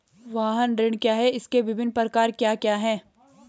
वाहन ऋण क्या है इसके विभिन्न प्रकार क्या क्या हैं?